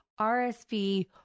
RSV